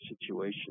situation